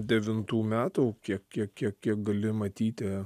devintų metų kiek kiek tiek kiek gali matyti